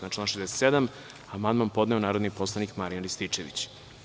Na član 67. amandman je podneo narodni poslanik Marijan Rističević.